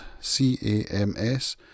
C-A-M-S